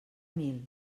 mil